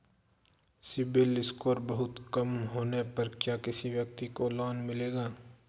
CIBIL score बहुत कम होने पर क्या किसी व्यक्ति को लोंन मिलेगा?